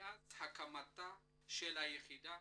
מאז הקמת היחידה